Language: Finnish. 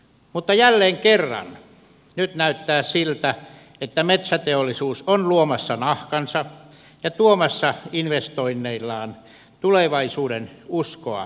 mutta jälleen kerran nyt näyttää siltä että metsäteollisuus on luomassa nahkansa ja tuomassa investoinneillaan tulevaisuudenuskoa suomalaiseen yhteiskuntaan